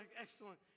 excellent